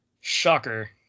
Shocker